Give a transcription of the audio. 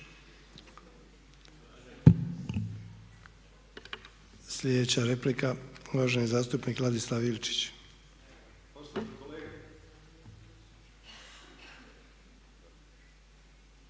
Sljedeća replika uvaženi zastupnik Ladislav Ilčić.